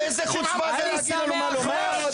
איזה חוצפה זה להגיד לנו מה לומר.